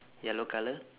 yellow colour